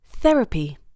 Therapy